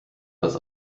das